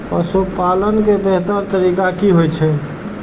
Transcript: पशुपालन के बेहतर तरीका की होय छल?